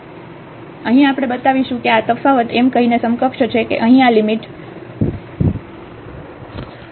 તેથી અહીં આપણે બતાવીશું કે આ તફાવત એમ કહીને સમકક્ષ છે કે અહીં આ લિમિટ ρx2y2 છે